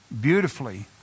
beautifully